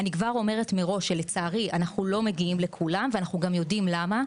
אני כבר אומרת מראש שלצערי אנחנו לא מגיעים לכולם ואנחנו גם יודעים למה.